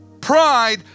pride